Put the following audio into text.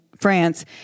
France